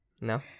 No